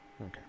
Okay